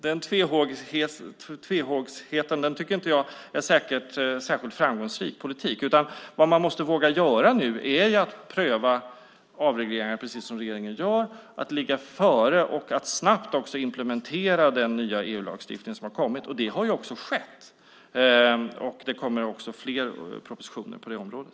Den tvehågsenheten är inte särskilt framgångsrik politik. Man måste våga pröva avregleringar, precis som regeringen gör, att ligga före och snabbt implementera den nya EU-lagstiftningen. Det har också skett, och det kommer fler propositioner på området.